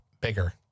bigger